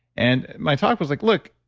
and my talk was like, look,